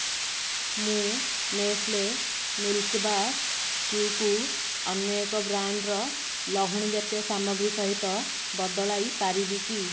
ମୁଁ Nestle Milkybar Choo କୁ ଅନ୍ୟ ଏକ ବ୍ରାଣ୍ଡର ଲହୁଣୀ ଜାତୀୟ ସାମଗ୍ରୀ ସହିତ ବଦଳାଇ ପାରିବି କି